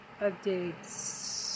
updates